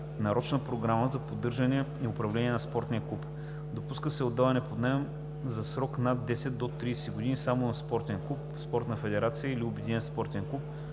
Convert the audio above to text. нарочна програма за поддържане и управление на спортния обект. Допуска се отдаване под наем за срок над 10 до 30 години само на спортен клуб, спортна федерация или обединен спортен клуб,